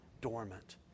dormant